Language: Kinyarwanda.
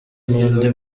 n’undi